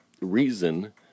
reason